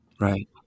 Right